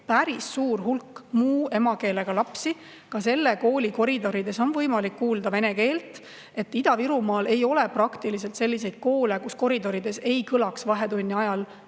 päris suur hulk muu emakeelega lapsi. Ka selle kooli koridorides on võimalik kuulda vene keelt. Ida-Virumaal ei ole praktiliselt selliseid koole, kus koridorides ei kõlaks vahetunni ajal